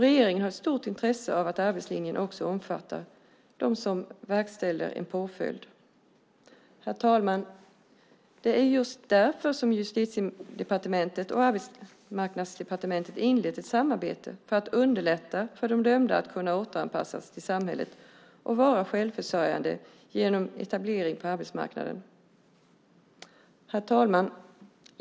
Regeringen har ett stort intresse av att arbetslinjen också omfattar dem som verkställer en påföljd. Herr talman! Justitiedepartementet och Arbetsmarknadsdepartementet har inlett ett samarbete just för att underlätta för de dömda att återanpassas i samhället och vara självförsörjande genom etablering på arbetsmarknaden. Herr talman!